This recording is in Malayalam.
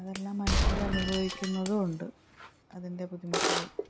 അതെല്ലാം മനുഷ്യർ അനുഭവിക്കുന്നതും ഉണ്ട് അതിൻ്റെ ബുദ്ധിമുട്ടുകൾ